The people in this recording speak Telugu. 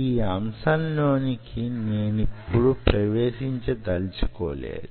ఈ అంశంలోనికి నేనిప్పుడు ప్రవేశించదలచుకోలేదు